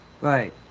Right